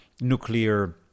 nuclear